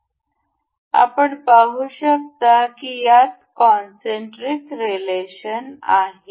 तर आपण पाहू शकता की यात कोनसेंटरिक रिलेशन आहे